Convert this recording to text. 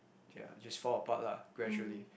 okay lah just fall apart lah gradually